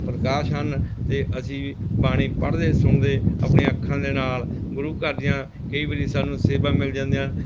ਪ੍ਰਕਾਸ਼ ਹਨ ਅਤੇ ਅਸੀਂ ਵੀ ਬਾਣੀ ਪੜ੍ਹਦੇ ਸੁਣਦੇ ਆਪਣੀਆਂ ਅੱਖਾਂ ਦੇ ਨਾਲ਼ ਗੁਰੂ ਘਰ ਦੀਆਂ ਕਈ ਵਾਰੀ ਸਾਨੂੰ ਸੇਵਾ ਮਿਲ ਜਾਂਦੀਆਂ ਹਨ